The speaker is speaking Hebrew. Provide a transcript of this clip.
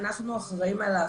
אנחנו לא אחראיים על ההשמה,